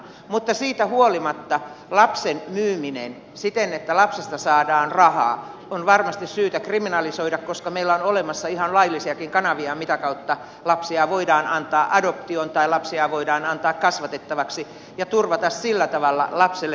mutta siitä huolimatta lapsen myyminen siten että lapsesta saadaan rahaa on varmasti syytä kriminalisoida koska meillä on olemassa ihan laillisiakin kanavia mitä kautta lapsia voidaan antaa adoptioon tai lapsia voidaan antaa kasvatettavaksi ja turvata sillä tavalla lapselle turvallinen elämä